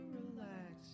relax